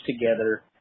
together